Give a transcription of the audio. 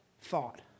thought